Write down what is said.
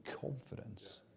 confidence